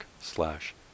slash